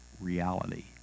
reality